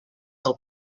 del